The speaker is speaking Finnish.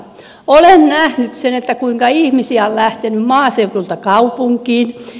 olen nähnyt sen kuinka ihmisiä on lähtenyt maaseudulta kaupunkiin